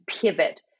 pivot